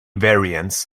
variants